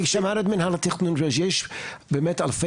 כי שמענו את מינהל התכנון ושיש באמת אלפי